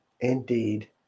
Indeed